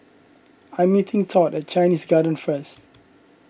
I am meeting Todd at Chinese Garden first